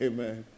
Amen